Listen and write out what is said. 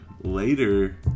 later